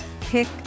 pick